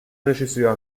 regisseur